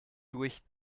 durch